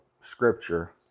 scripture